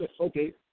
Okay